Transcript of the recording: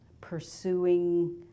pursuing